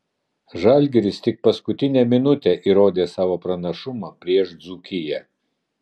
žalgiris tik paskutinę minutę įrodė savo pranašumą prieš dzūkiją